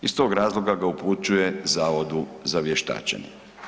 Iz tog razloga za upućuje Zavodu za vještačenje.